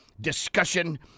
discussion